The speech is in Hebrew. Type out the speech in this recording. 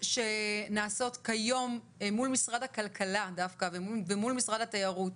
שנעשות כיום מול משרד הכלכלה דווקא ומול משרד התיירות